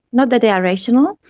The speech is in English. not that they are rational,